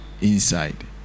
inside